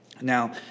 Now